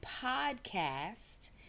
podcast